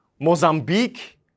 Mozambique